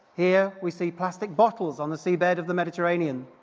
here, we see plastic bottles on the seabed of the mediterranean.